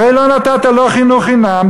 הרי לא נתת לא חינוך חינם,